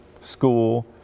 school